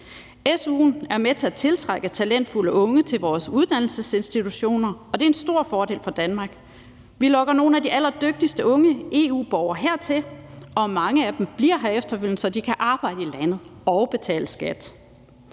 Su'en er med til at tiltrække talentfulde unge til vores uddannelsesinstitutioner, og det er en stor fordel for Danmark. Vi lokker nogle af de allerdygtigste unge EU-borgere hertil, og mange af dem bliver her efterfølgende, så de kan arbejde i landet og betale skat.